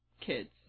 kids